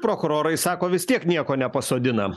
prokurorai sako vis tiek nieko nepasodina